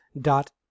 dot